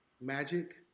Magic